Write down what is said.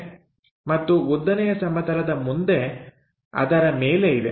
ಮತ್ತು ಉದ್ದನೆಯ ಸಮತಲದ ಮುಂದೆ ಅದರ ಮೇಲೆ ಇದೆ